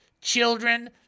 children